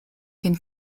can